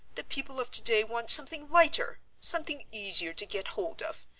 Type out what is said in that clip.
the people of today want something lighter, something easier to get hold of.